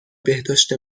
بهداشت